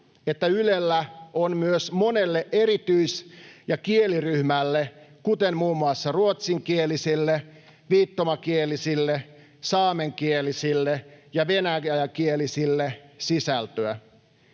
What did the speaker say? Ylellä on myös monelle erityis- ja kieliryhmälle, kuten muun muassa ruotsinkielisille, viittomakielisille, saamenkielisille ja venäjänkielisille, sisältöä.